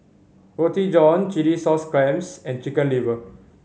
Roti John chilli sauce clams and Chicken Liver